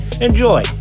enjoy